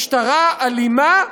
משטרה אלימה,